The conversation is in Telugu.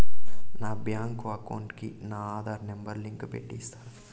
నా బ్యాంకు అకౌంట్ కు నా ఆధార్ నెంబర్ లింకు పెట్టి ఇస్తారా?